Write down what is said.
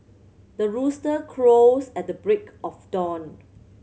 the rooster crows at the break of dawn